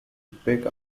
pick